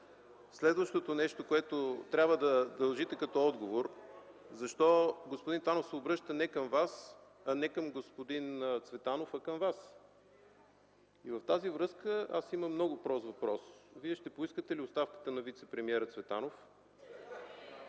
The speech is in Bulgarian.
Следващото нещо, което дължите като отговор, е: защо господин Танов се обръща не към господин Цветанов, а към Вас? В тази връзка аз имам много прост въпрос – Вие ще поискате ли оставката на вицепремиера Цветанов?